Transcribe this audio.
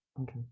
Okay